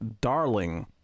darling